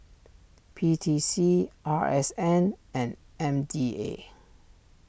P T C R S N and M D A